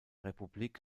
republik